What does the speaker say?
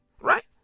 Right